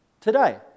today